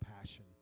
passion